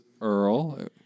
Earl